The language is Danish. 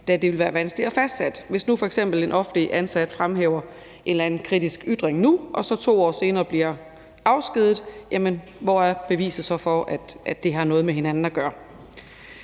da det vil være vanskeligt at fastsætte. Hvis nu f.eks. en offentligt ansat fremfører en eller anden kritisk ytring nu og så 2 år senere bliver afskediget, hvor er beviset så for, at det har noget med hinanden at gøre?